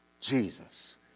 Jesus